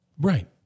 Right